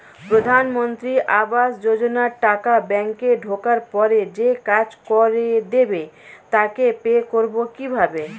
প্রধানমন্ত্রী আবাস যোজনার টাকা ব্যাংকে ঢোকার পরে যে কাজ করে দেবে তাকে পে করব কিভাবে?